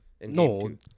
no